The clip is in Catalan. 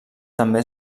també